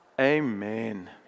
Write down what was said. Amen